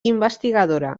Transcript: investigadora